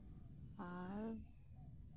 ᱟᱨ